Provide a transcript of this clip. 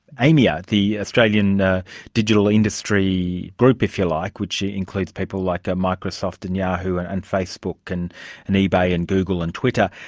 aimia, the australian digital industry group, yeah like which includes people like ah microsoft and yahoo! and and facebook and and ebay and google and twitter,